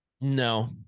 No